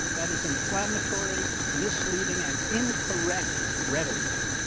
that is inflammatory, misleading and incorrect rhetoric.